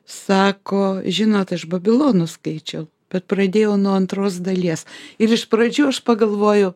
sako žinot aš babilonus skaičiau bet pradėjau nuo antros dalies ir iš pradžių aš pagalvoju